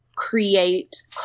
Create